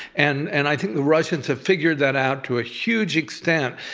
and and i think the russians have figured that out to a huge extent.